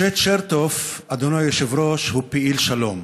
משה צ'רטוף, אדוני היושב-ראש, הוא פעיל שלום,